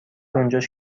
اونجاش